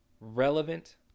relevant